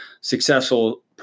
successful